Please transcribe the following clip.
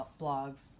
blogs